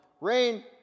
Rain